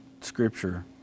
scripture